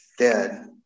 dead